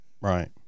right